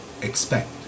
expect